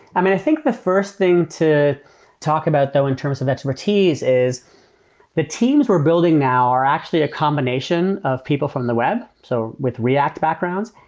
i mean, i think the first thing to talk about though in terms of expertise is the teams who are building now are actually a combination of people from the web, so with react backgrounds,